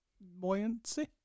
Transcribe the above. Buoyancy